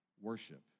worship